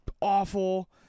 awful